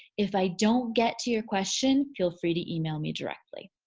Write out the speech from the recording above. if i don't get to your question feel free to email me directly.